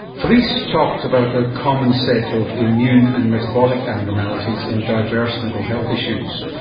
felice talked about a common set of immune and metabolic abnormalities in diverse mental health issues.